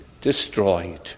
destroyed